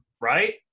right